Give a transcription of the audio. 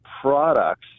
products